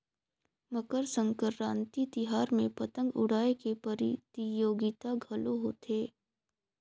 मकर संकरांति तिहार में पतंग उड़ाए के परतियोगिता घलो होथे